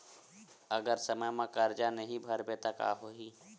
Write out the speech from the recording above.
अगर समय मा कर्जा नहीं भरबों का होई?